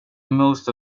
most